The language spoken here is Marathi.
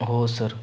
हो सर